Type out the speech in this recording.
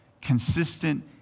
consistent